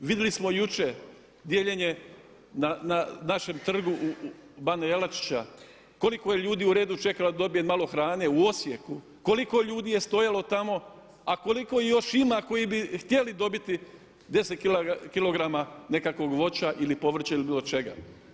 Vidjeli smo jučer dijeljenje na našem trgu bana Jelačića koliko je ljudi u redu čekalo da dobije malo hrane, u Osijeku koliko ljudi je stajalo tamo a koliko ih još ima koji bi htjeli dobiti 10 kg nekakvog voća ili povrća ili bilo čega.